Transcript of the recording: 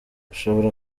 ushobora